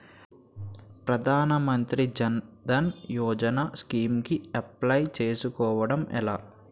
ప్రధాన మంత్రి జన్ ధన్ యోజన స్కీమ్స్ కి అప్లయ్ చేసుకోవడం ఎలా?